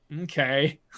okay